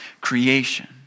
creation